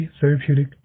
therapeutic